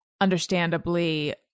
understandably